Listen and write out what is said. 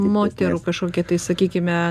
moterų kažkokie tai sakykime